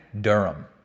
Durham